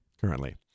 Currently